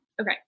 okay